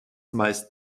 meist